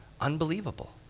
unbelievable